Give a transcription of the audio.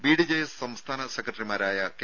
BDJS സംസ്ഥാനം സെക്രട്ടറിമാരായ K